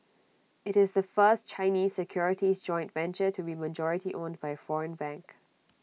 IT is the first Chinese securities joint venture to be majority owned by foreign bank